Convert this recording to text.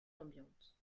ambiante